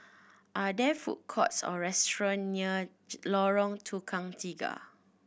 are there food courts or restaurant near Lorong Tukang Tiga